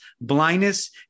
blindness